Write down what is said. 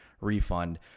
refund